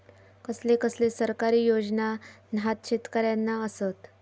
कसले कसले सरकारी योजना न्हान शेतकऱ्यांना आसत?